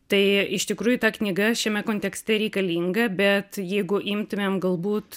tai iš tikrųjų ta knyga šiame kontekste reikalinga bet jeigu imtumėm galbūt